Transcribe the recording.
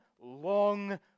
long